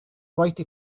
write